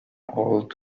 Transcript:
old